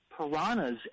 piranhas